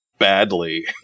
badly